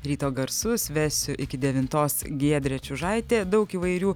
ryto garsus vesiu iki devintos giedrė čiužaitė daug įvairių